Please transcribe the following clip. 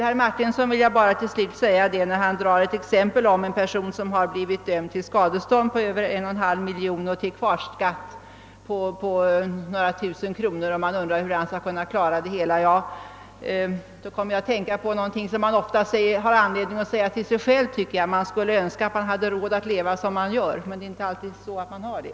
Herr Martinsson nämnde som exempel en person, som blivit dömd till avsevärt skadestånd och till en stor kvarskatt, och undrade hur han skall kunna klara det hela. Då kom jag att tänka på någonting som man ofta har anledning att säga till sig själv, nämligen att »man önskar att man hade råd att leva som man gör». Det är inte alltid man har det.